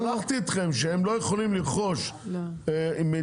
המשחטות בינן לבין עצמם, אם זה אותו זה, אין בעיה.